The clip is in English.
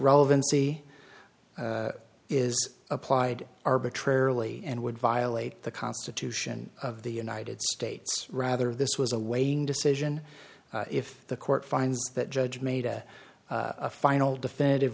relevancy is applied arbitrarily and would violate the constitution of the united states rather this was awaiting decision if the court finds that judge made a final definitive